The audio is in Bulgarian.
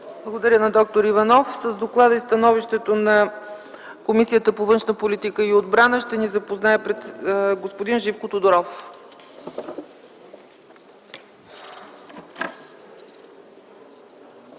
Благодаря на д-р Иванов. С доклада и становището на Комисията по външна политика и отбрана ще ни запознае господин Живко Тодоров.